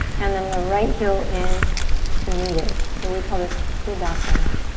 and then the right heel in to meet it. so we call this siddhasana.